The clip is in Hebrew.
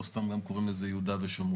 לא סתם גם קוראים לזה יהודה ושומרון.